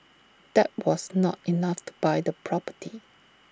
that was not enough to buy the property